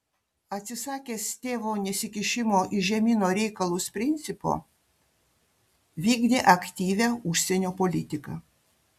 atsisakęs tėvo nesikišimo į žemyno reikalus principo vykdė aktyvią užsienio politiką